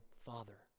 Father